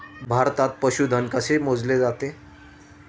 भारतात पशुधन कसे मोजले जाते?